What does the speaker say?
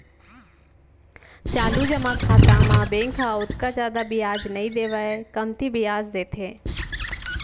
चालू जमा खाता म बेंक ह ओतका जादा बियाज नइ देवय कमती बियाज देथे